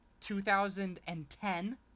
2010